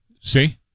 See